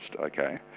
okay